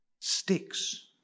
sticks